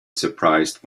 surprised